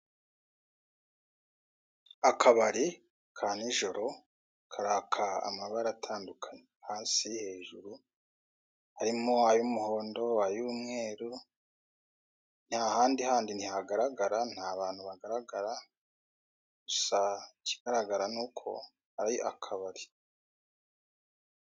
Akabari ka nijoro, karaka amabara atandukanye. Hasi, hejuru, harimo ay'umuhondo, ay'umweru, ahandi handi ntihagaragara, nta bantu bagaragara, gusa ikigaragara ni uko ari akabari.